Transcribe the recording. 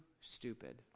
stupid